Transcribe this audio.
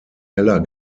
heller